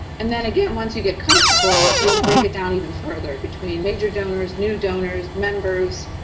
and then, again, once you get comfortable, you'll break it down even further between major donors, new donors, members,